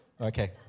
Okay